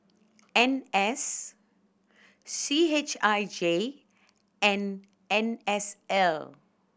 N S C H I J and N S L